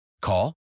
Call